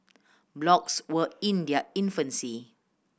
blogs were in their infancy